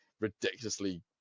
ridiculously